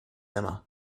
emma